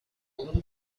little